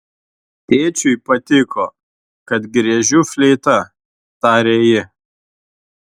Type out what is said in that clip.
tėčiui patiko kad griežiu fleita tarė ji